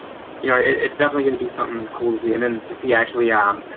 you know it's definitely gonna be something cool to see and then to see actually i'm?